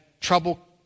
trouble